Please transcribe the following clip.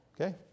Okay